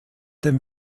dem